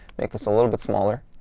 make this a little bit smaller.